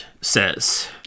says